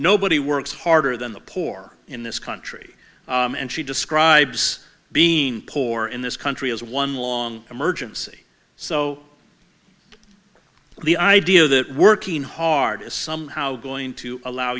nobody works harder than the poor in this country and she describes being poor in this country as one long emergency so the idea that working hard is somehow going to allow